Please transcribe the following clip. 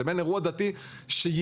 לבין אירוע דתי שיתקיים,